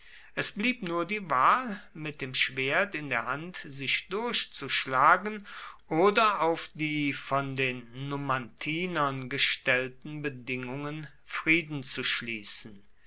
es blieb nur die wahl mit dem schwert in der hand sich durchzuschlagen oder auf die von den numantinern gestellten bedingungen frieden zu schließen